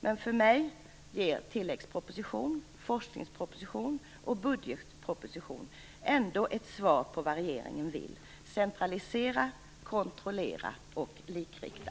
Men för mig ger tilläggsproposition, forskningsproposition och budgetproposition ändå ett svar på vad regeringen vill, nämligen centralisera, kontrollera och likrikta.